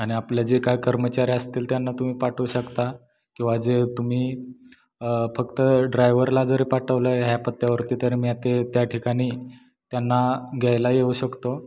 आणि आपले जे काय कर्मचारी असतील त्यांना तुम्ही पाठवू शकता किंवा जे तुम्ही फक्त ड्रायव्हरला जरी पाठवलं ह्या पत्त्यावरती तरी मी ते त्या ठिकाणी त्यांना घ्यायला येऊ शकतो